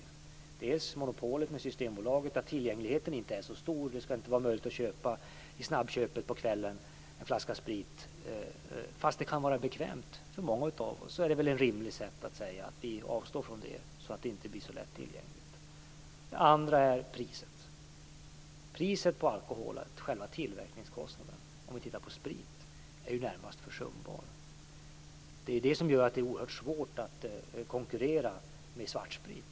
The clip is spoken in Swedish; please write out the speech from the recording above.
Det gäller för det första monopolet med Systembolaget, som innebär att tillgängligheten inte är så stor. Det skall inte vara möjligt att köpa en flaska sprit i snabbköpet på kvällen. Fastän det skulle vara bekvämt för många av oss är det väl rimligt att vi avstår från det för att alkoholen inte skall vara så lättillgänglig. Det andra instrumentet är priset. Priset på alkoholen, själva tillverkningskostnaden, är om vi tittar på sprit närmast försumbar. Det är det som gör det så oerhört svårt att konkurrera med svartsprit.